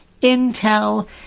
Intel